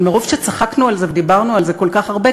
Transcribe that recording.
אבל מרוב שצחקנו על זה ודיברנו על זה כל כך הרבה,